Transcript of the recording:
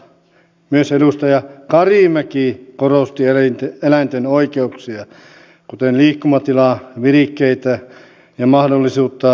myös edustaja karimäki korosti eläinten oikeuksia kuten liikkumatilaa virikkeitä ja mahdollisuutta lajityyppiseen käyttäytymiseen